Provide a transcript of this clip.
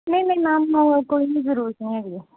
ਨਹੀਂ ਨਹੀਂ ਮੈਮ ਉਹ ਕੋਈ ਨਹੀਂ ਜ਼ਰੂਰਤ ਨਹੀਂ ਹੈਗੀ